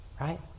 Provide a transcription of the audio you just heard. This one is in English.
right